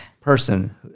person